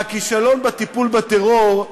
מהכישלון בטיפול בטרור,